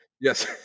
Yes